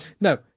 no